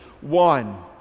one